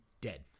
dead